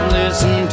listen